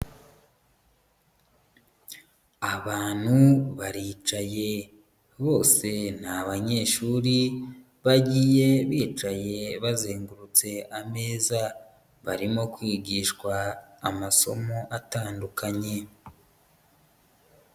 Abantu baricaye, bose ni abanyeshuri bagiye bicaye bazengurutse ameza, barimo kwigishwa amasomo atandukanye.